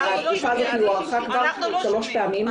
אבל התקופה הוארכה כבר שלוש פעמים.